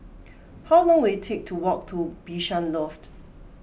how long will it take to walk to Bishan Loft